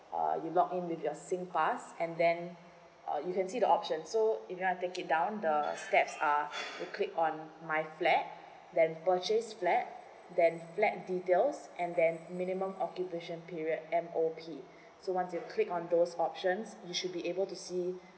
uh you login with your singpass and then uh you can see the option so if you want to take it down the steps are you click on my flat then purchase flat then flat details and then minimum occupation period M_O_P so once you click on those options you should be able to see